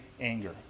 anger